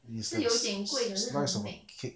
你喜欢 s~ s~ s~ buy 什么 cake